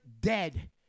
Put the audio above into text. dead